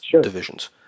divisions